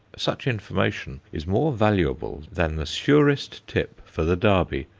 such information is more valuable than the surest tip for the derby,